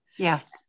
Yes